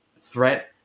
threat